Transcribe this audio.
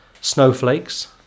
snowflakes